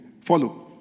Follow